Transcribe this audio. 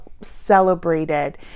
celebrated